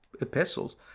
epistles